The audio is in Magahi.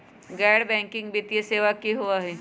गैर बैकिंग वित्तीय सेवा की होअ हई?